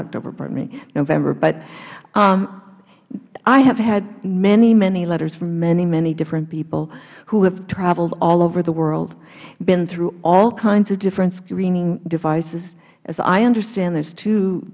october pardon me november but i have had many many letters from many many different people who have traveled all over the world been through all kinds of different screening devices as i understand there